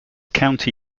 county